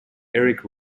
eric